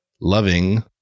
loving